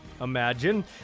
imagine